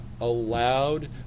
allowed